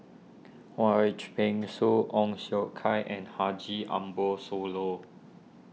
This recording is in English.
Wong H Peng Soon Ong Siong Kai and Haji Ambo Sooloh